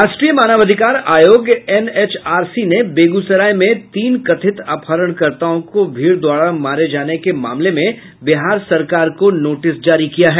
राष्ट्रीय मानवाधिकार आयोग एन एच आर सी ने बेगूसराय में तीन कथित अपहरणकर्ताओं को भीड़ द्वारा मारे जाने के मामले में बिहार सरकार को नोटिस जारी किया है